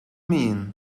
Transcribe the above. mean